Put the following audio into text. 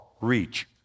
Reach